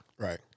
Right